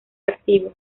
activos